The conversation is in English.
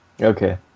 Okay